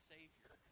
Savior